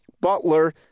Butler